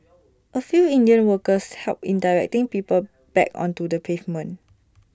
A few Indian workers helped in directing people back onto the pavement